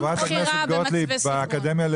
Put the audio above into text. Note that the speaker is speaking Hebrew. קטין לא